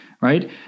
right